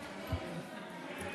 קבוצת סיעת מרצ,